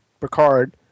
Picard